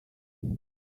once